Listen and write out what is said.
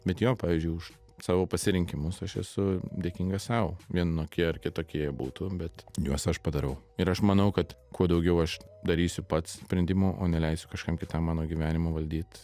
bet jo pavyzdžiui už savo pasirinkimus aš esu dėkingas sau vienokie ar kitokie jie būtų bet juos aš padarau ir aš manau kad kuo daugiau aš darysiu pats sprendimų o ne leisiu kažkam kitam mano gyvenimu valdyt